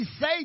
say